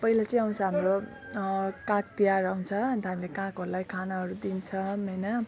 पहिला चाहिँ आउँछ हाम्रो काग तिहार आउँछ अन्त हामीले कागहरूलाई खानाहरू दिन्छौँ होइन